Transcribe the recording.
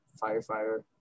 firefighter